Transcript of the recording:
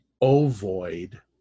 ovoid